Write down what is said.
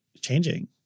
changing